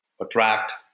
attract